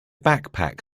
backpack